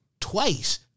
twice